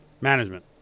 Management